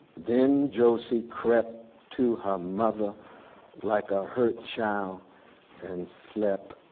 then josie crept to her mother like a hurt child and slept,